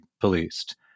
policed